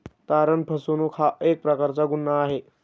तारण फसवणूक हा एक प्रकारचा गुन्हा आहे